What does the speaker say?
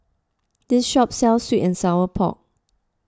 this shop sells Sweet and Sour Pork